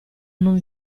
non